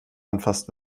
anfasst